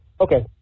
Okay